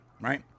right